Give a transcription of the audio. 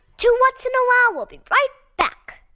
two whats? and a wow! will be right back.